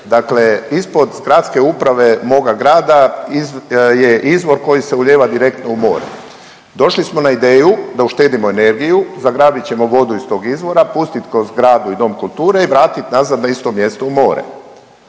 Dakle, ispod Skradske uprave moga grada je izvor koji se ulijeva direktno u more. Došli smo na ideju da uštedimo energiju zagrabit ćemo vodu iz tog izvora, pustit kroz zgradu i dom kulture i vratit nazad na isto mjesto u more.